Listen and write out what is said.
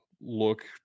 look